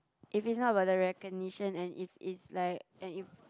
if it's not about the recognition and if it's like and if